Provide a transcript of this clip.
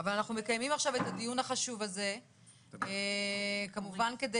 אבל אנחנו מקיימים עכשיו את הדיון החשוב הזה כמובן כדי